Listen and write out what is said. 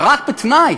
רק בתנאי